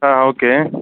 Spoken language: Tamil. ஆ ஓகே